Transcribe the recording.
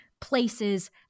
places